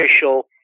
official